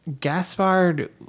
Gaspard